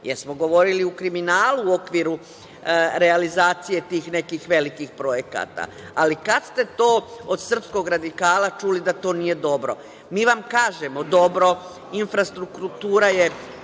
Jel smo govorili o kriminalu u okviru realizacije tih nekih velikih projekata? Kada ste to od srpskih radikala čuli da to nije dobro. Mi vam kažemo dobro, infrastruktura je